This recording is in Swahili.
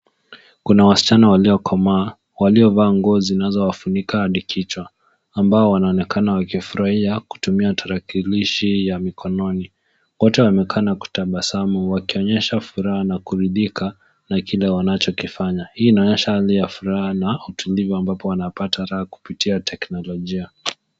Kuna wasichana waliokomaa waliovaa nguo zinazo wafunika hadi kichwa. Ambao wanaonekana wakifurahia kutumia tarakilishi ya mikononi, wote wame kaa na kutabasamu wakionyesha furaha na kuridhika na kila wanacho kifanya. Hii inaonyesha hali ya furaha na utuliva ambapo wanapata raha kupitia teknolojia.